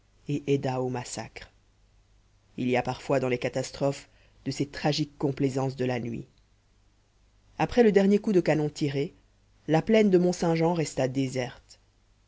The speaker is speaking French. et aida au massacre il y a parfois dans les catastrophes de ces tragiques complaisances de la nuit après le dernier coup de canon tiré la plaine de mont-saint-jean resta déserte